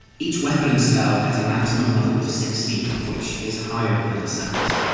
each weapon and spell has a maximum level of sixteen, which is higher than it sounds.